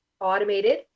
automated